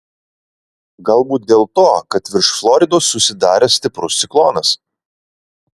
galbūt dėl to kad virš floridos susidaręs stiprus ciklonas